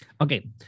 Okay